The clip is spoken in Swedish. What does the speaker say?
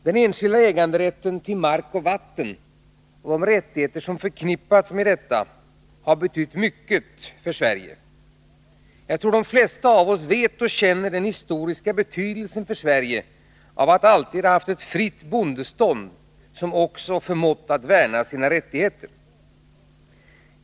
Den enskilda äganderätten till mark och vatten — och de rättigheter som förknippas med denna — har betytt mycket för Sverige. Jag tror att de flesta av oss känner till den historiska betydelsen för Sverige av att alltid ha haft ett fritt bondestånd, som ocskå förmått att värna sina rättigheter.